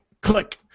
click